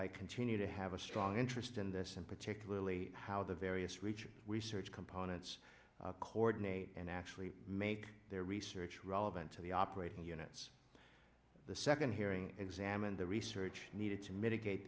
i continue to have a strong interest in this and particularly how the various regional research components coordinate and actually make their research relevant to the operating units the second hearing examines research needed to mitigate